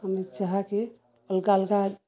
ଆମେ ଚାହାକେ ଅଲଗା ଅଲଗା